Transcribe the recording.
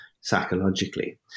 psychologically